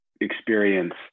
experience